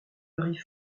varie